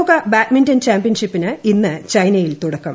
ലോക ബാഡ്മിന്റൺ ചാമ്പൃൻഷിപ്പിന് ഇന്ന് ചൈനയിൽ തുടക്കം